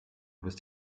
bist